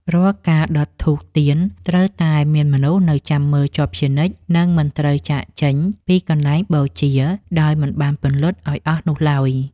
រាល់ការដុតធូបទៀនត្រូវតែមានមនុស្សនៅចាំមើលជាប់ជានិច្ច និងមិនត្រូវចាកចេញពីកន្លែងបូជាដោយមិនបានពន្លត់ឱ្យអស់នោះឡើយ។